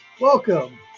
Welcome